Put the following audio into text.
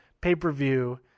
pay-per-view